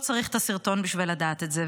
והוא לא צריך את הסרטון בשביל לדעת את זה.